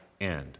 end